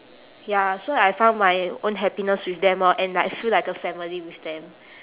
ya so I found my own happiness with them lor and like I feel like a family with them